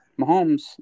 Mahomes